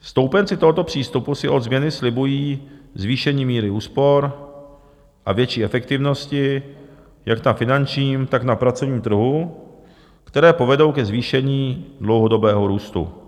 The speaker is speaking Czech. Stoupenci tohoto přístupu si od změny slibují zvýšení míry úspor a větší efektivnosti jak na finančním, tak na pracovním trhu, které povedou ke zvýšení dlouhodobého růstu.